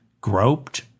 groped